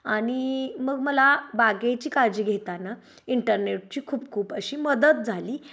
आणि मग मला बागेची काळजी घेताना इंटरनेटची खूप खूप अशी मदत झाली